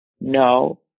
No